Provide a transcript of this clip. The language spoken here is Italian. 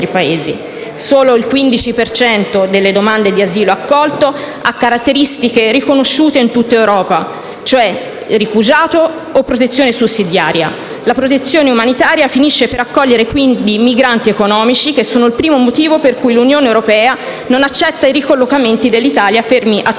Solo il 15 per cento delle domande di asilo accolte ha caratteristiche riconosciute in tutta Europa (rifugiato o protezione sussidiaria); la protezione umanitaria finisce per accogliere, quindi, migranti economici, che sono il primo motivo per cui l'Unione europea non accetta i ricollocamenti dell'Italia, fermi a